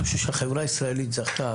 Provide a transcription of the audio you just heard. אני חושב שהחברה הישראלית זכתה,